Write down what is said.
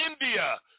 India